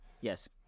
yes